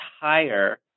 higher